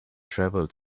travel